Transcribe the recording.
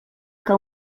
que